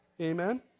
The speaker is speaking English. Amen